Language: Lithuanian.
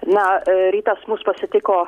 na rytas mus pasitiko